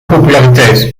populariteit